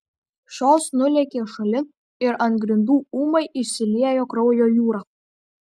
šios nulėkė šalin ir ant grindų ūmai išsiliejo kraujo jūra